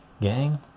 Gang